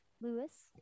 Lewis